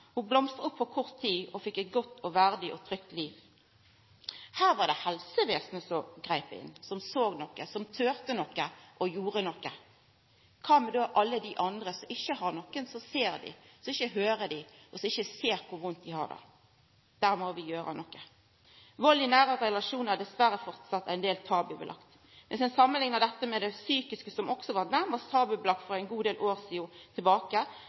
ho fekk sosialt samvær med andre. Ho blomstra opp på kort tid og fekk eit godt, verdig og trygt liv. Her var det helsevesenet som greip inn, som såg noko, som torde noko og gjorde noko. Kva med alle dei andre som ikkje har nokon som ser dei, som hører dei, og som ikkje ser kor vondt dei har det. Der må vi gjera noko. Vald i nære relasjonar er dessverre framleis ein del tabubelagd. Dersom ein samanliknar dette med det psykiske, som òg nærmast var tabubelagt for ein del år sidan,